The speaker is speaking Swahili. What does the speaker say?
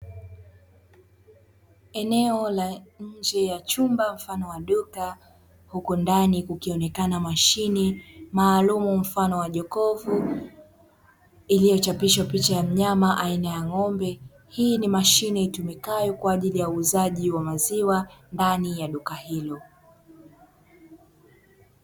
Eneo la nje ya chumba mfano wa duka, huku ndani kukionekana mashine maalumu mfano wa jokofu, iliyochapishwa picha ya mnyama aina ya ng'ombe. Hii ni mashine itumikayo kwa ajili ya uuzaji wa maziwa ndani ya duka hilo.